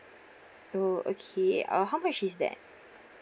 oh okay uh how much is that